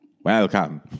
Welcome